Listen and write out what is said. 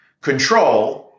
control